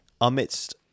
amidst